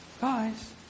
Guys